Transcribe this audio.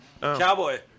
Cowboy